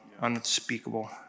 Unspeakable